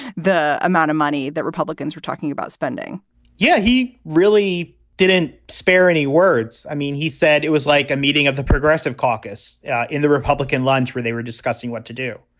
the amount of money that republicans were talking about spending yeah, he really didn't spare any words. i mean, he said it was like a meeting of the progressive caucus in the republican lunch where they were discussing what to do.